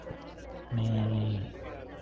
மேலே